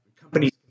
companies